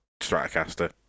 Stratocaster